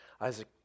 Isaac